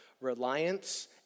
reliance